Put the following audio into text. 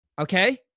okay